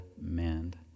mend